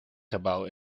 gebouw